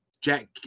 Jack